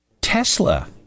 Tesla